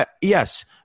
yes